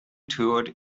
toured